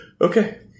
Okay